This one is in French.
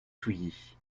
souilly